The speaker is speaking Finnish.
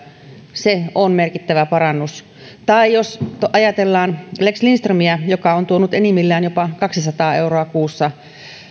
se on merkittävä parannus tai jos ajatellaan lex lindströmiä joka on tuonut enimmillään jopa kaksisataa euroa kuussa